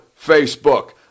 Facebook